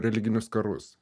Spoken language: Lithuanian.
religinius karus